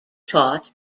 taught